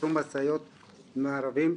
שכרו משאיות מערבים,